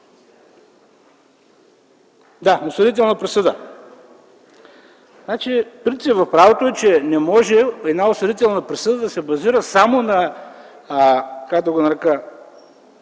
Осъдителната присъда. Принцип в правото е, че не може една осъдителна присъда да се базира само, как